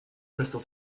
crystal